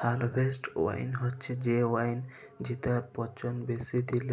harvest wine হছে সে wine যেটর পচল বেশি দিল